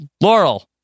Laurel